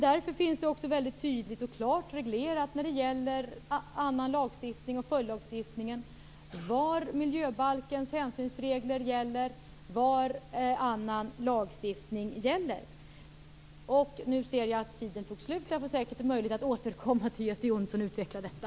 Därför finns det också väldigt tydligt och klart reglerat var miljöbalkens hänsynsregler gäller och var annan lagstiftning och följdlagstiftning gäller. Nu ser jag att tiden tog slut. Jag får säkert möjlighet att återkomma till Göte Jonsson och utveckla detta.